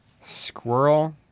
Squirrel